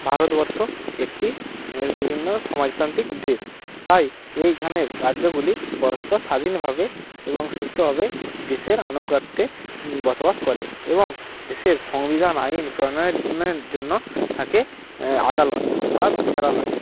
ভারতবর্ষ একটি বিভিন্ন সমাজতান্ত্রিক দেশ তাই এইখানের রাজ্যগুলি পরস্পর স্বাধীনভাবে এবং সুস্থভাবে দেশের আনুগত্যে বসবাস করে এবং দেশের সংবিধান আইন প্রণয়নের জন্য থাকে আদালত বা বিচারালয়